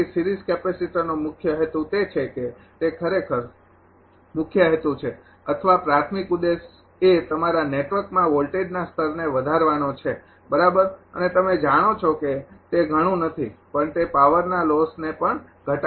તેથી સિરીઝ કેપેસિટરનો મુખ્ય હેતુ તે છે કે તે ખરેખર મુખ્ય હેતુ છે અથવા પ્રાથમિક ઉદ્દેશ એ તમારા નેટવર્કમાં વોલ્ટેજના સ્તરને વધારવાનો છે બરાબર અને તમે જાણો છો કે તે ઘણું નથી પણ તે પાવરના લોસને પણ ઘટાડે છે